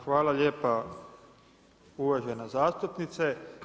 Hvala lijepa uvažena zastupnice.